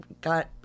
got